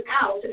out